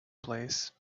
place